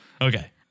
Okay